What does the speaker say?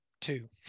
two